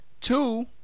Two